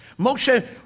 Moshe